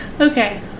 Okay